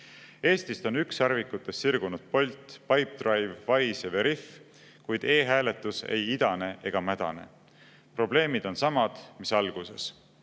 Eestist on ükssarvikuteks sirgunud Bolt, Pipedrive, Wise ja Veriff, kuid e-hääletus ei idane ega mädane. Probleemid on samad, mis alguses.